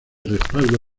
respaldo